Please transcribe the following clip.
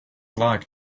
like